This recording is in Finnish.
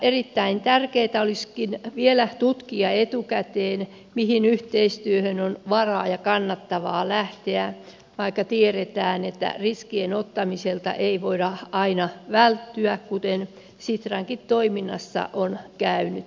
erittäin tärkeätä olisikin vielä tutkia etukäteen mihin yhteistyöhön on varaa ja kannattavaa lähteä vaikka tiedetään että riskien ottamiselta ei voida aina välttyä kuten sitrankin toiminnassa on käynyt